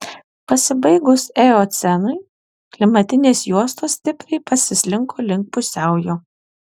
pasibaigus eocenui klimatinės juostos stipriai pasislinko link pusiaujo